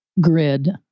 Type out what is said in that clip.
grid